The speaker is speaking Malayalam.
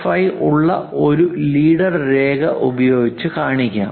5 ഉള്ള ഒരു ലീഡർ രേഖ ഉപയോഗിച്ച് കാണിക്കാം